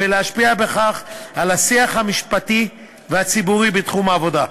ולהשפיע בכך על השיח המשפטי והציבורי בתחום העבודה.